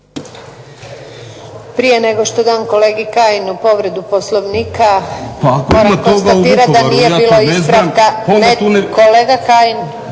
Prije nego što dam kolegi Kajinu povredu Poslovnika moram konstatirat da nije bilo ispravka… … /Upadica